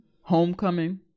Homecoming